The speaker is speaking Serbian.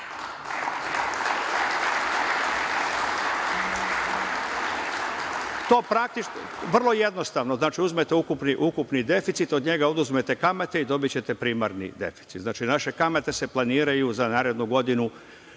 u primarni suficit. Znači, uzmete ukupni deficit, od njega oduzmete kamate i dobićete primarni deficit. Znači, naše kamate se planiraju za narednu godinu,